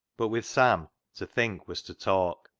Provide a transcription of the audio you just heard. but with sam to think was to talk,